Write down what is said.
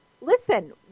Listen